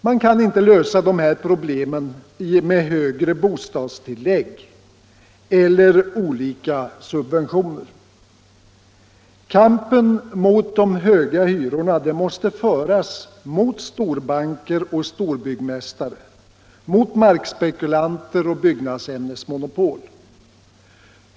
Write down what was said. Man kan inte lösa dessa problem med högre bostadstillägg eller olika subventioner. Kampen mot de höga hyrorna måste föras mot storbanker och storbyggmästare, mot markspekulanter och byggämnesmonopol.